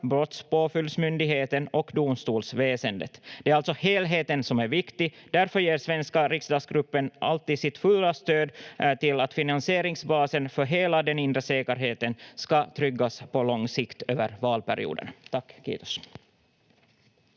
Brottspåföljdsmyndigheten och domstolsväsendet. Det är alltså helheten som är viktig. Därför ger svenska riksdagsgruppen alltid sitt fulla stöd till att finansieringsbasen för hela den inre säkerheten ska tryggas på lång sikt över valperioderna. — Tack, kiitos.